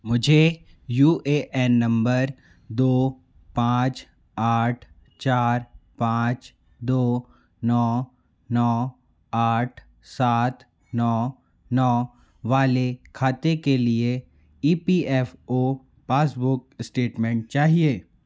मुझे U A N नंबर दो पाँच आठ चार पाँच दो नौ नौ आठ सात नौ नौ वाले खाते के लिए E P F O passbook statement चाहिए